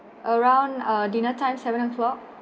around dinner time seven o'clock